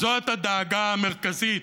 זאת הדאגה המרכזית.